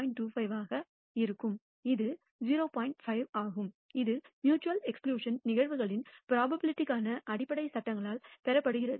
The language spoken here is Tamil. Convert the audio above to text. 5 ஆகும் இது மியூச்சுவல் எக்ஸ்க்ளுஷன் நிகழ்வுகளின் ப்ரோபபிலிட்டிக்கான அடிப்படை சட்டங்களால் பெறப்படுகிறது